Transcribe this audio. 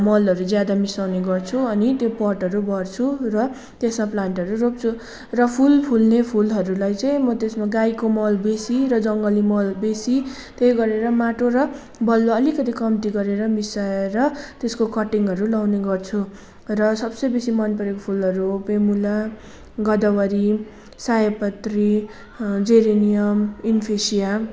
मलहरू ज्यादा मिसाउने गर्छु अनि त्यो पटहरू भर्छु र त्यसमा प्लान्टहरू रोप्छु र फुल फुल्ने फुलहरूलाई चाहिँ म त्यसमा गाईको मल बेसी र जङ्गली मल बेसी त्यही गरेर माटो र बलुवा अलिकति कम्ती गरेर मिसाएर त्यसको कटिङहरू लाउने गर्छु र सबसे बेसी मन पर्ने फुलहरू हो पेमुला गोदावरी सयपत्री जेरेनियम इन्फेसिया